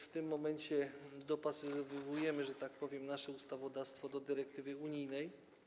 W tym momencie dopasowujemy, że tak powiem, nasze ustawodawstwo do dyrektywy unijnej.